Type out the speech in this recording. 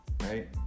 right